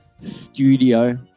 studio